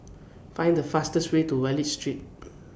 Find The fastest Way to Wallich Street